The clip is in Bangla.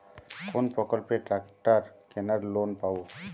কোন প্রকল্পে ট্রাকটার কেনার লোন পাব?